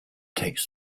takes